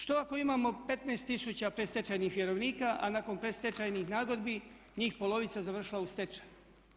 Što ako imamo 15 tisuća predstečajnih vjerovnika, a nakon predstečajnih nagodbi njih polovica je završila u stečaju?